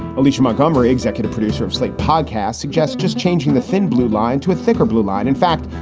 alicia montgomery, executive producer of slate podcasts, suggests just changing the thin blue line to a thicker blue line. in fact,